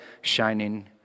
shining